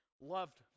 Loved